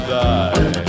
die